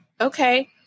okay